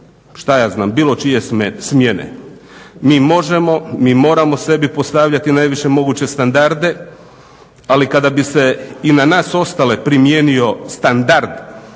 šta ja znam, bilo čije smjene. Mi možemo, mi moramo sebi postavljati najviše moguće standarde, ali kada bi se i na nas ostale primijenio standard